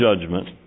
judgment